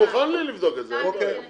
בסדר, אני מוכן לבדוק את זה, אבל כשנגיע.